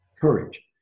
courage